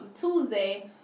Tuesday